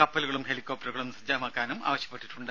കപ്പലുകളും ഹെലികോപ്റ്ററും സജ്ജമാക്കാനും ആവശ്യപ്പെട്ടിട്ടുണ്ട്